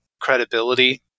credibility